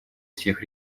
всех